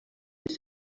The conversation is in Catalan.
les